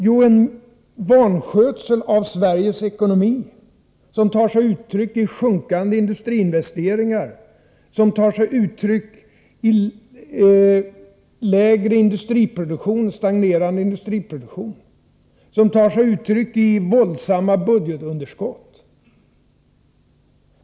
Jo, en vanskötsel av Sveriges ekonomi som tar sig uttryck i sjunkande industriinvesteringar, i en lägre och stagnerande industriproduktion, i våldsamma budgetunderskott.